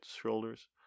shoulders